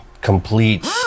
complete